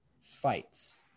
fights